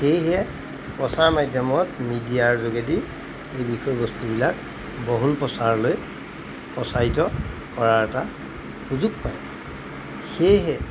সেয়েহে প্ৰচাৰ মাধ্যমত মিডিয়াৰ যোগেদি এই বিষয়বস্তুবিলাক বহুল প্ৰচাৰলৈ প্ৰচাৰিত কৰাৰ এটা সুযোগ পায় সেয়েহে